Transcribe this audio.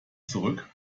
zurück